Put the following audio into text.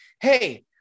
Hey